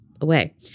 away